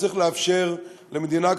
שצריך לאפשר למדינה,